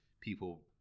people